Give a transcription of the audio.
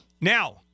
Now